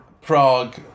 Prague